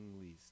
least